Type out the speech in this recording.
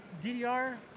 DDR